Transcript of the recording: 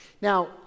Now